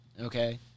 Okay